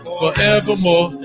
forevermore